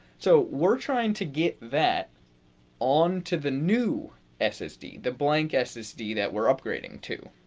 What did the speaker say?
so we're trying to get that on to the new ssd the blank ssd that we're upgrading to,